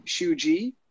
Shuji